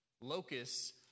Locusts